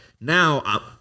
now